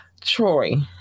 Troy